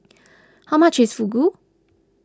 how much is Fugu